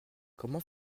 comment